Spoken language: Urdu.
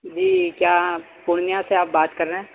جی کیا پورنیہ سے آپ بات کر رہے ہیں